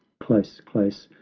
close, close,